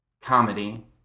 comedy